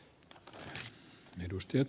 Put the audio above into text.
arvoisa puhemies